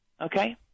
Okay